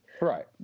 right